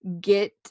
get